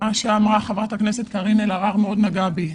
מה שאמרה חברת הכנסת קארין אלהרר מאוד נגע בי.